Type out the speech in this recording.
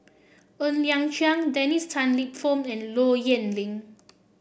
Ng Liang Chiang Dennis Tan Lip Fong and Low Yen Ling